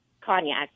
Cognac